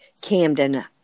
Camden